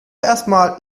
erstmal